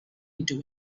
into